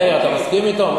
מאיר, אתה מסכים אתו?